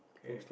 K